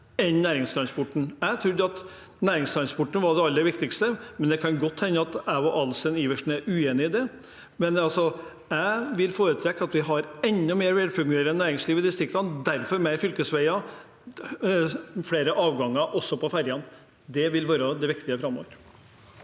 med næringstransport? Jeg trodde at næringstransporten var det aller viktigste, men det kan godt hende at jeg og Adelsten Iversen er uenig i det. Jeg vil foretrekke at vi har enda mer velfungerende næringsliv i distriktene, derfor mer til fylkesveier og flere avganger på ferjene. Det vil være det viktige framover.